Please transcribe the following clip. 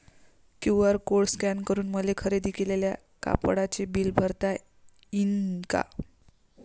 QR code scan करून मले खरेदी केलेल्या कापडाचे बिल भरता यीन का?